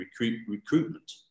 recruitment